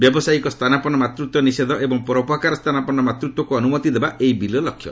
ବ୍ୟାବସାୟିକ ସ୍ଥାନାପନ୍ନ ମାତୃତ୍ୱ ନିଷେଧ ଏବଂ ପରୋପକାର ସ୍ଥାନାପନ୍ନ ମାତୃତ୍ୱକୁ ଅନୁମତି ଦେବା ଏହି ବିଲ୍ର ଲକ୍ଷ୍ୟ